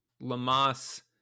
Lamas